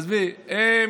אז האמת היא שהסיבה,